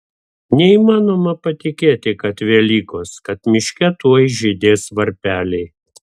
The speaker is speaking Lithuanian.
neįmanoma patikėti kad velykos kad miške tuoj žydės varpeliai